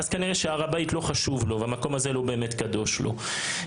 כנראה שהר הבית לא חשוב לו והמקום הזה לא באמת קדוש לו.